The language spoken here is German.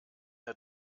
der